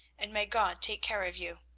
and may god take care of you.